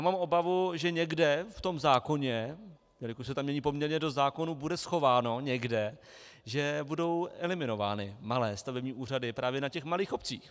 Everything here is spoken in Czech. Mám obavu, že někde v tom zákoně, jelikož se tam mění poměrně dost zákonů, bude schováno někde, že budou eliminovány malé stavební úřady právě na těch malých obcích.